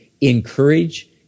encourage